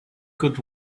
good